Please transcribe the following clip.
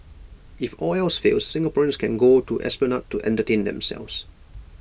if all else fails Singaporeans can go to esplanade to entertain themselves